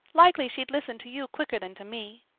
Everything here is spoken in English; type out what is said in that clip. likely she'd listen to you quicker than to me.